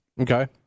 Okay